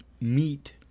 meet